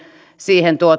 siihen